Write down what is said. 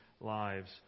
lives